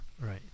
Right